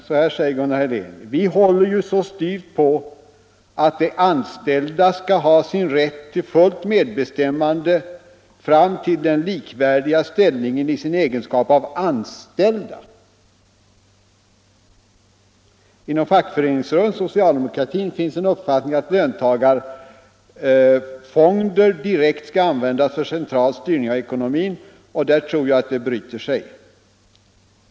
Så här säger Gunnar Helén bl.a. i intervjun: ”Vi håller ju så styvt på att de anställda ska ha sin rätt till fullt medbestämmande fram till den likvärdiga ställningen i sin egenskap av anställda. Inom fackföreningsrörelsen och socialdemokratin finns en uppfattning att löntagarfonder direkt ska användas för central styrning av ekonomin, och där tror jag att det bryter sig.